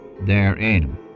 therein